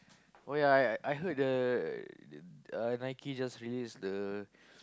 oh ya ya ya I heard the uh Nike just released the